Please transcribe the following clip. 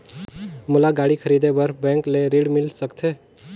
मोला गाड़ी खरीदे बार बैंक ले ऋण मिल सकथे?